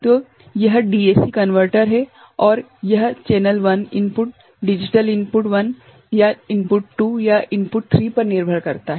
तो यह DAC converter है और यह channel one - input digital input 1 या इनपुट 2 या इनपुट 3 पर निर्भर करता है